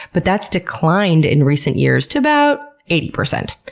but that's declined in recent years to about eighty percent.